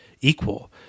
equal